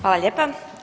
Hvala lijepa.